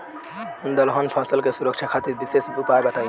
दलहन फसल के सुरक्षा खातिर विशेष उपाय बताई?